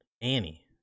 Annie